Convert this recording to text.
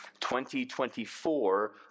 2024